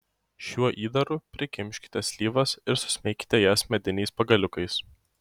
šiuo įdaru prikimškite slyvas ir susmeikite jas mediniais pagaliukais